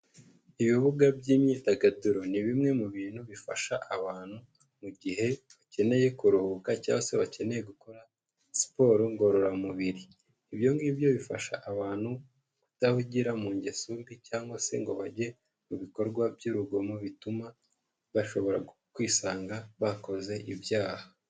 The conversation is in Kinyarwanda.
Ibibuga by'imyidagaduro ni bimwe mu bintu bifasha abantu mu gihe bakeneye kuruhuka cyangwa se bakeneye gukora siporo ngororamubiri, ibyo ngibyo bifasha abantu kudahugira mu ngeso mbi cyangwa se ngo bajye mu bikorwa by'urugomo bituma bashobora kwisanga bakoze ibyaha.